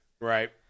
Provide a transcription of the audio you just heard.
Right